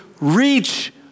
reach